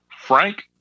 Frank